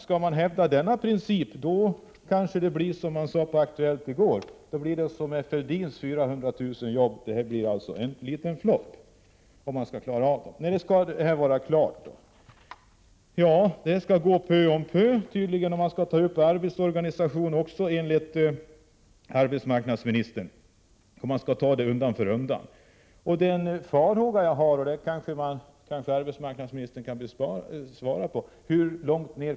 Skall man hävda den principen blir kommissionens arbete kanske en flopp, precis som Fälldins 400 000 nya jobb, som man sade på Aktuellt i går. När skall arbetet då vara klart? Det skall tydligen utföras pö om pö. Man skall enligt arbetsmarknadsministern även ta upp arbetets organisation undan för undan. Hur långt ned kommer arbetet att förankras? Det kanske arbetsmarknadsministern kan svara på.